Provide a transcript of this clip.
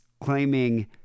claiming